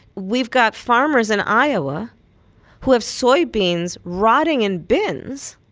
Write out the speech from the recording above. we've got farmers in iowa who have soybeans rotting in bins,